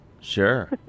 Sure